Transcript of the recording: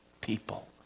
people